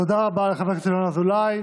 תודה רבה לחבר הכנסת ינון אזולאי.